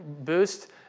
boost